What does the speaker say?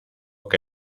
que